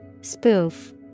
Spoof